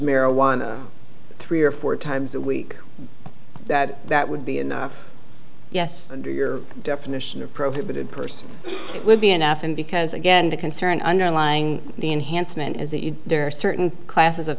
marijuana three or four times a week that that would be enough yes do your definition of prohibited person would be enough and because again the concern underlying the enhancement is that you there are certain classes of